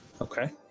Okay